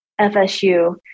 FSU